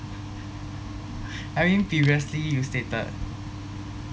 I mean previously you stated